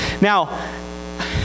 Now